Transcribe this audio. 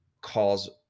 cause